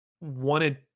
wanted